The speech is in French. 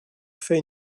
fait